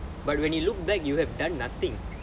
but when you look back you have done nothing